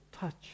touch